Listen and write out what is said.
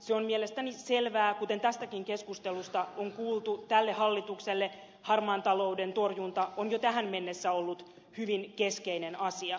se on mielestäni selvää kuten tästäkin keskustelusta on kuultu että tälle hallitukselle harmaan talouden torjunta on jo tähän mennessä ollut hyvin keskeinen asia